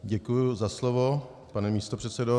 Děkuju za slovo, pane místopředsedo.